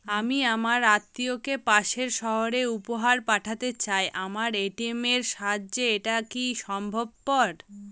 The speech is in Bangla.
আমি আমার আত্মিয়কে পাশের সহরে উপহার পাঠাতে চাই আমার এ.টি.এম এর সাহায্যে এটাকি সম্ভবপর?